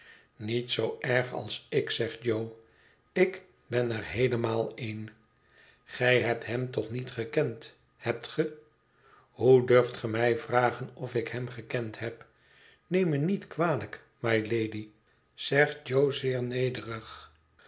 niet zoo erg als ik zegt jo ik ben er heelemaal een gij hebt hem toch niet gekend hebt ge hoe durft ge mij vragen of ik hem gekend heb neem me niet kwalijk mylady zegt jo